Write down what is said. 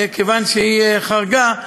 כיוון שהיא חרגה,